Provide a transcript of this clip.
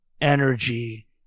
energy